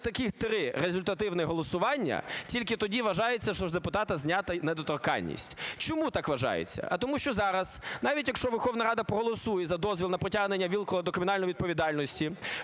таких три результативних голосування, тільки тоді вважається, що з депутата знята недоторканність. Чому так вважається? А тому, що зараз навіть, якщо Верховна Рада проголосує за дозвіл на притягнення Вілкула до кримінальної відповідальності,